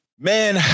Man